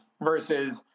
Versus